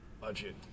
budget